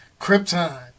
Krypton